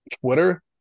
Twitter